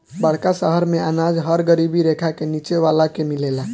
बड़का शहर मेंअनाज हर गरीबी रेखा के नीचे वाला के मिलेला